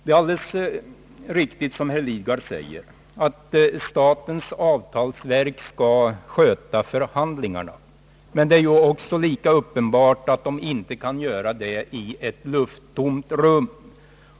Det är, såsom herr Lidgard påpekade, alideles riktigt att statens avtalsverk skall sköta förhandlingarna, men det är också lika uppenbart att det inte kan göra detta i ett lufttomt rum.